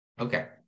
Okay